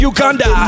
Uganda